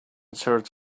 search